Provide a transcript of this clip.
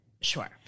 Sure